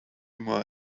more